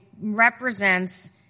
represents